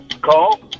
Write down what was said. Call